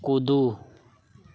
कूदू